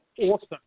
awesome